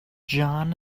john